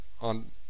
on